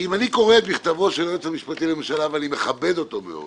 כי אם אני קורא את מכתבו של היועץ המשפטי לממשלה ואני מכבד אותו מאוד